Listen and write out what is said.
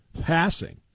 passing